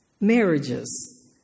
marriages